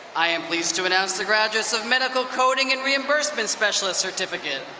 i am pleased to announce the graduates of medical coding and reimbursement specialist certificate.